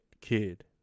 kid